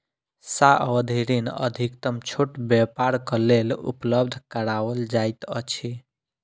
सावधि ऋण अधिकतम छोट व्यापारक लेल उपलब्ध कराओल जाइत अछि